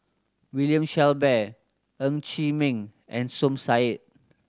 William Shellabear Ng Chee Meng and Som Said